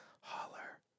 holler